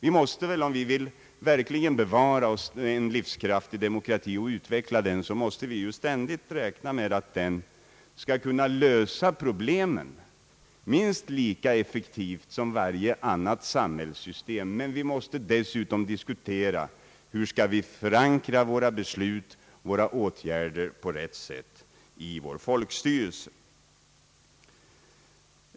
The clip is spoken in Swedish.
Om vi verkligen vill bevara en livskraftig demokrati och utveckla den, måste vi ständigt räkna med att den skall kunna lösa problemen minst lika effektivt som varje annat samhällssystem, men vi måste dessutom diskutera hur vi skall förankra våra beslut och våra åtgärder på rätt sätt i folkstyrelsen.